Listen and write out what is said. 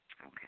Okay